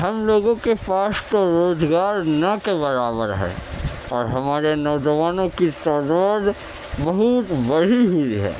ہم لوگوں کے پاس تو روزگار نہ کے برابر ہے اور ہمارے نوجوانوں کی تعداد بہت بڑھی ہوئی ہے